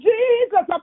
Jesus